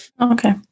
Okay